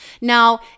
now